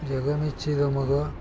ಜಗ ಮೆಚ್ಚಿದ ಮಗ